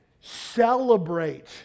celebrate